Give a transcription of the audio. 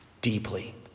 deeply